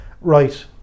right